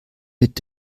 mit